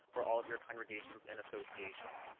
we're all of your congregations in association,